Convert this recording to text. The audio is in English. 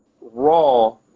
raw